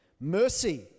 Mercy